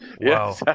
wow